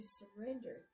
surrender